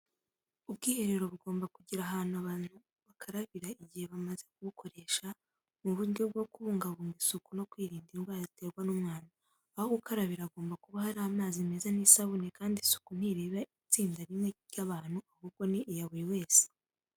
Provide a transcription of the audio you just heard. Ubwiherero bugomba kugira ahantu abantu bakarabira igihe bamaze kubukoresha, mu buryo bwo kubungabunga isuku no kwirinda indwara ziterwa n'umwanda, aho gukarabira hagomba kuba hari amazi meza n'isabune, kandi isuku ntireba itsinda rimwe ry'abantu ahubwo ni iya buri wese.